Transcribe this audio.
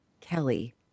Kelly